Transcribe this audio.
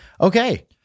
Okay